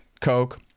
Coke